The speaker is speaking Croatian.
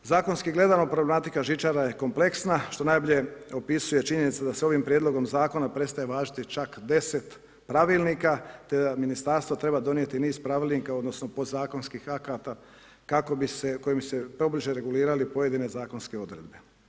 Zakonski gledano, problematika žičara je kompleksna što najbolje opisuje činjenica da se ovim prijedlogom zakona prestaje važiti čak 10 pravilnika te da ministarstvo treba donijeti niz pravilnika, odnosno pod zakonskih akata kojim se pobliže regulirale pojedine zakonske odredbe.